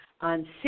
on